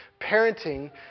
parenting